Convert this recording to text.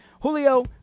Julio